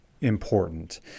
important